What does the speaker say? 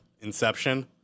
inception